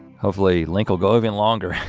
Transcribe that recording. hopefully, link will go even longer.